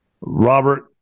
Robert